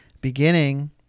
beginning